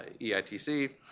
EITC